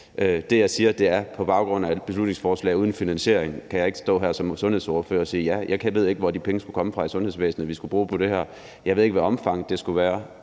Det, jeg siger, er, at på baggrund af et beslutningsforslag uden finansiering kan jeg ikke stå her som sundhedsordfører og sige ja. Jeg ved ikke, hvor de penge, som vi skulle bruge på det her, skulle komme fra i sundhedsvæsenet; jeg ved ikke, hvad omfanget skulle være,